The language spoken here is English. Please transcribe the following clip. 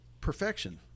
perfection